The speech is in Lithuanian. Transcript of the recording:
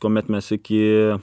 kuomet mes iki